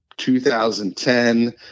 2010